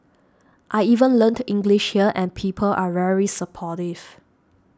I even learnt English here and people are very supportive